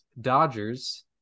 dodgers